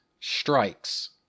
Strikes